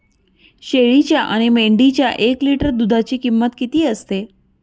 शेळीच्या आणि मेंढीच्या एक लिटर दूधाची किंमत किती असते?